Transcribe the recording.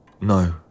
no